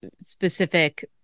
specific